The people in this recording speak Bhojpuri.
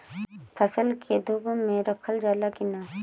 फसल के धुप मे रखल जाला कि न?